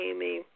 Amy